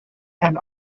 and